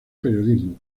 periodismo